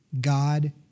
God